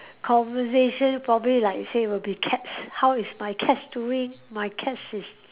conversation probably like you say will be cats how is my cats doing my cats is